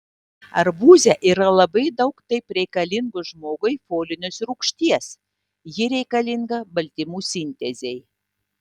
arbūze yra labai daug taip reikalingos žmogui folinės rūgšties ji reikalinga baltymų sintezei